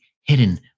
hidden